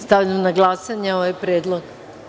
Stavljam na glasanje ovaj predlog.